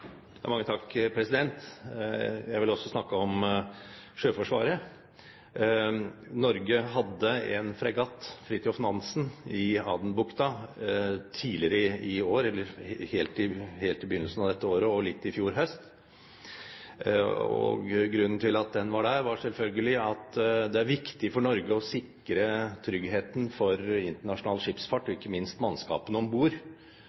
fregatt, «Fridtjof Nansen», i Adenbukta helt i begynnelsen av dette året og litt i fjor høst. Grunnen til at den var der, var selvfølgelig at det er viktig for Norge å sikre tryggheten for internasjonal skipsfart – ikke minst mannskapene om bord